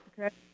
Okay